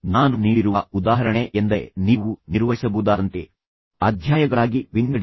ನಾನು ನೀಡಿರುವ ಉದಾಹರಣೆ ಎಂದರೆ ಪುಸ್ತಕವನ್ನು ನೀಡಿದ ಉದಾಹರಣೆಯನ್ನು ನೀವು ನಿರ್ವಹಿಸಬಹುದಾದಂತೆ ಅಧ್ಯಾಯಗಳಾಗಿ ವಿಂಗಡಿಸಿ